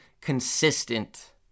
consistent